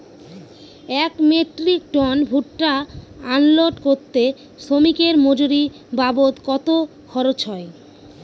এক metric ton ভুট্টা unload করতে শ্রমিকের মজুরি বাবদ কত খরচ হয়?